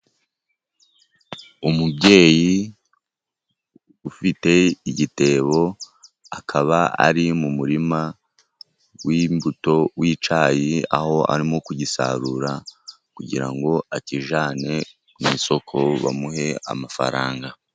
Umubyeyi ufite igitebo akaba ari mu murima w'imbuto w'icyayi aho arimo kugisarura kugira ngo akijyane ku isoko bamuhe amafaranga.